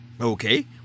okay